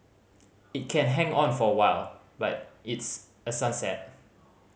it can hang on for a while but it's a sunset